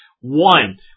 One